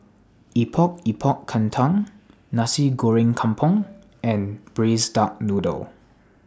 Epok Epok Kentang Nasi Goreng Kampung and Braised Duck Noodle